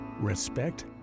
Respect